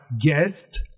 guest